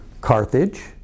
Carthage